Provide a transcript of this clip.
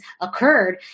occurred